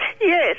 Yes